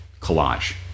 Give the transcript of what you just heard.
collage